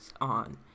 on